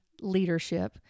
leadership